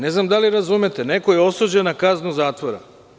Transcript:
Ne znam da li razumete, neko je osuđen na kaznu zatvora.